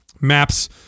maps